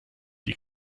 die